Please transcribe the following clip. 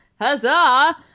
Huzzah